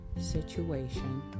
situation